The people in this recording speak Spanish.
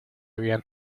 bien